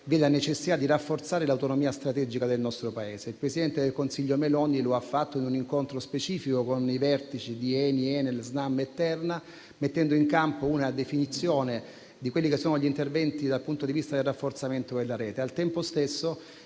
vi è la necessità di rafforzare l'autonomia strategica del nostro Paese. Il presidente del Consiglio Meloni lo ha fatto in un incontro specifico con i vertici di ENI, Enel, Snam e Terna, mettendo in campo una definizione degli interventi dal punto di vista del rafforzamento della rete. Al tempo stesso,